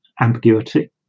ambiguity